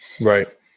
Right